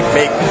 make